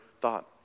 thought